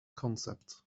concept